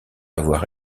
avoir